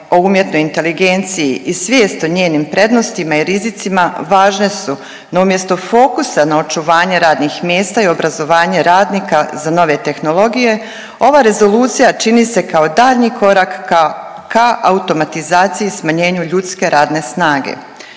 o umjetnoj inteligenciji i svijest o njenim prednostima i rizicima, važne su no umjesto fokusa na očuvanje radnih mjesta i obrazovanje radnika za nove tehnologije, ova rezolucija čini se kao daljnji korak ka, ka automatizaciji i smanjenju ljudske radne snage.